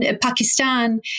Pakistan